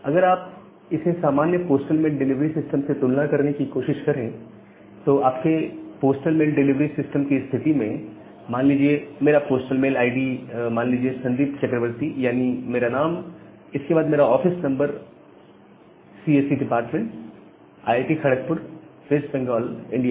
अगर आप इसे सामान्य पोस्टल मेल डिलीवरी सिस्टम से तुलना करने की कोशिश करें तो आपके पोस्टल मेल डिलीवरी सिस्टम की स्थिति में मान लीजिए मेरा पोस्टल मेल आईडी है मान लीजिए संदीप चक्रवर्ती यानी मेरा नाम इसके बाद मेरा ऑफिस नंबर तब CSE department IIT Kharagpur West Bengal India